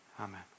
Amen